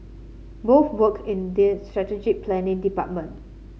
both worked in strategic planning department